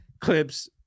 clips